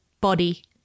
body